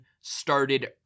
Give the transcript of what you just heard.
started